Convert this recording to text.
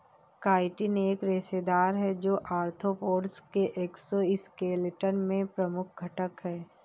chitin एक रेशेदार है, जो आर्थ्रोपोड्स के एक्सोस्केलेटन में प्रमुख घटक है